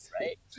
right